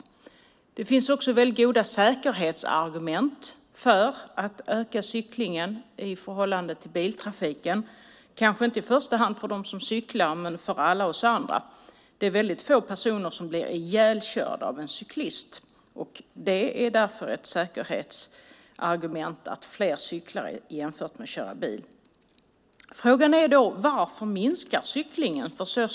Det finns också goda säkerhetsargument för att öka cyklingen i förhållande till biltrafiken, kanske inte i första hand för dem som cyklar men för alla andra. Det är väldigt få personer som blir ihjälkörda av en cyklist. Det är ett säkerhetsargument för att fler ska cykla i stället för att köra bil. Frågan är varför cyklingen minskar.